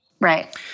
Right